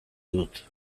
dut